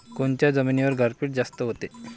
कोनच्या जमिनीवर गारपीट जास्त व्हते?